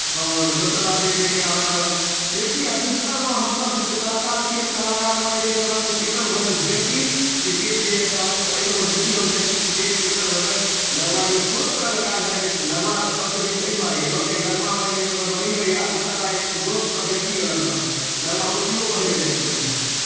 आओर दोसर बात जे छै से अहाँके बेसी अधिकतरमे तऽ हमसभ देखियौ कलाकार छी तऽ कलाकारमे जे छै से हमरासभके कीर्तन भजन बेसी क्रिकेट जे यए से अहाँसभके एहिसभमे बेसी हम जाइ छी क्रिकेट कीर्तन भजन लगमा गेलहुँ बहुत तरहके काज भऽ जाइ छै लगमा सभसँ बेसी एहि दुआरे गेलहुँ किएकि लगमामे जे छै से हमर बहीन रहैए आ दोसर भऽ जाइ छै दोस्तसभ बेसी अछि लगमाके लगमा कोचिंगो पढ़य लेल जाइ छलहुँ हेँ हम